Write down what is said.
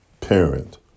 parent